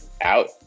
out